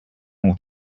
ought